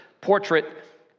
portrait